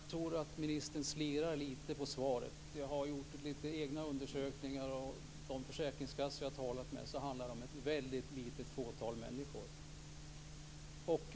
Fru talman! Jag tror att ministern slirar lite på svaret. Jag har gjort egna undersökningar. Enligt de försäkringskassor jag talat med handlar det om ett väldigt litet fåtal människor.